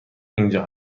اینجا